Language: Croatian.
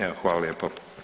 Evo hvala lijepo.